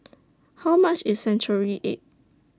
How much IS Century Egg